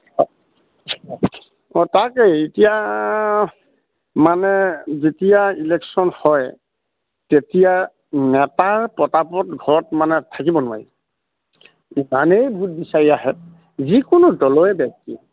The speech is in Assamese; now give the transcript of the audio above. অঁ অঁ তাকে এতিয়া মানে যেতিয়া ইলেকশ্যন হয় তেতিয়া নেতাৰ প্ৰতাপত ঘৰত মানে থাকিব নোৱাৰি ইমানে ভোট বিচাৰি আহে যিকোনো দলৰে ব্যক্তি